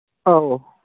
ꯑꯧ